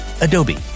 Adobe